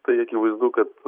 tai akivaizdu kad